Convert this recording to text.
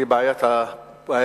היא בעיה פוליטית,